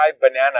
banana